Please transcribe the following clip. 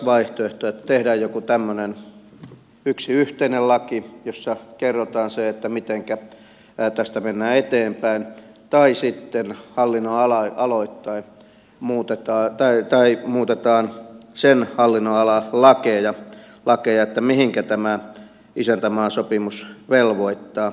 että tehdään joku tämmöinen yksi yhteinen laki jossa kerrotaan mitenkä tästä mennään eteenpäin tai sitten hallinnonaloittain muutetaan sen hallinnonalan lakeja mihinkä tämä isäntämaasopimus velvoittaa